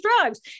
drugs